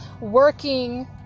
working